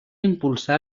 impulsà